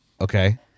Okay